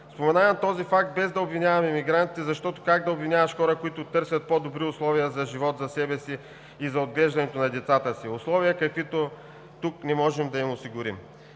Споменавам този факт, без да обвинявам емигрантите, защото как да обвиняваш хора, които търсят по-добри условия за живот за себе си и за отглеждането на децата си – условия, каквито тук не можем да им осигурим.